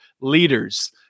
leaders